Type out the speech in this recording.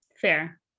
Fair